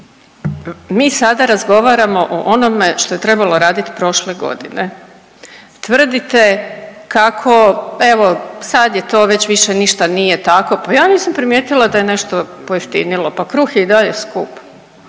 mi sada razgovaramo o onome što je trebalo raditi prošle godine. Tvrdite kako evo, sad je to već više ništa nije tako, pa ja nisam primijetila da je nešto pojeftinilo, pa kruh je i dalje skup